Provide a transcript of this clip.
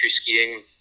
skiing